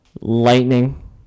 Lightning